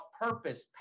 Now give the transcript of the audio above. purpose